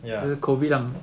ya